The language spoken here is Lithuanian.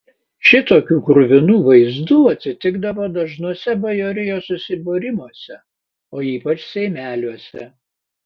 šitokių kruvinų vaizdų atsitikdavo dažnuose bajorijos susibūrimuose o ypač seimeliuose